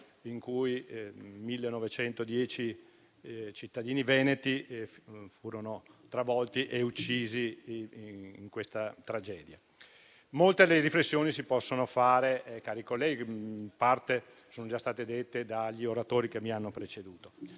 in cui 1.910 cittadini veneti furono travolti e uccisi. Molte sono le riflessioni che si possono fare, colleghi, e in parte sono già state fatte dagli oratori che mi hanno preceduto.